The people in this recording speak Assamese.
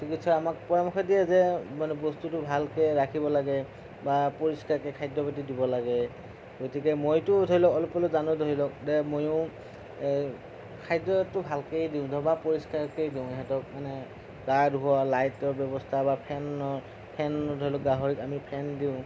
চিকিৎসকে আমাক পৰামৰ্শ দিয়ে যে মানে বস্তুটো ভালকে ৰাখিব লাগে বা পৰিষ্কাৰকে খাদ্য পাতি দিব লাগে গতিকে মইতো ধৰি লওঁক অলপ অলপ জানোঁ ধৰি লওঁক ময়ো খাদ্যটো ভালকেই দিওঁ বা পৰিষ্কাৰকেই দিওঁ সিহঁতক মানে গা ধুওঁৱা লাইটৰ ব্যৱস্থা বা ফেনৰ ফেন গাহৰিক ধৰি লওঁক আমি ফেন দিওঁ